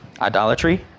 Idolatry